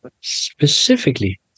specifically